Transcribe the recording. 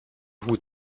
hut